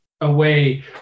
away